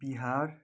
Bihar